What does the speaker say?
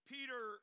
Peter